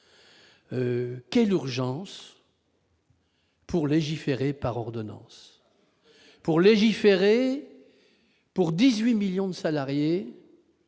Quelle urgence y a-t-il à légiférer par ordonnances, à légiférer pour 18 millions de salariés